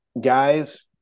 guys